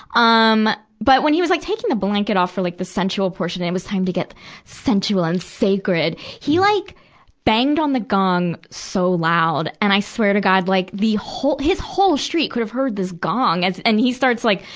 um but when he was like taking the blanket off for like the sensual portion it was time to get sensual and sacred he like banged on the gong so loud. and i swear to god, like the whole, his whole street could have heard this gong. and he starts like,